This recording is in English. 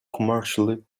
commercially